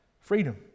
Freedom